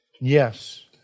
Yes